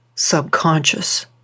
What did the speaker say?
subconscious